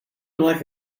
like